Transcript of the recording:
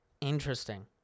Interesting